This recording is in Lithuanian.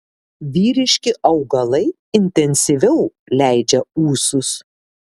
vyriški augalai intensyviau leidžia ūsus